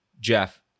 Jeff